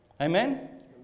Amen